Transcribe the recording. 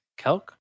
Kelk